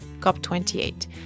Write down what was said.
COP28